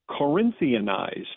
Corinthianized